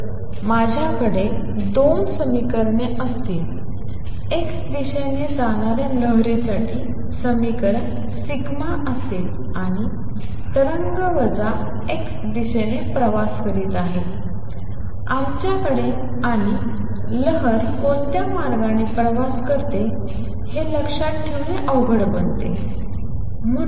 त र माझ्याकडे दोन समीकरणे आहेत x दिशाने जाणाऱ्या लहरी साठी समीकरण ∂∂f∂x 1v∂f∂t असेल आणि तरंग वजा x दिशेने प्रवास करत आहे आमच्याकडे ∂f∂x1v∂f∂t आणि लहर कोणत्या मार्गाने प्रवास करते हे लक्षात ठेवणे अवघड बनते